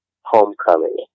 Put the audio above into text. homecoming